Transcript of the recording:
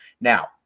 Now